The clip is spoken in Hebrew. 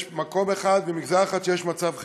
מקום אחד ומגזר אחד שיש בו מצב חירום,